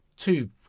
Two